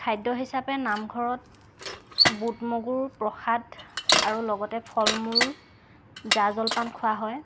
খাদ্য হিচাপে নামঘৰত বুট মগুৰ প্ৰসাদ আৰু লগতে ফল মূল জা জলপান খোৱা হয়